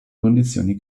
condizioni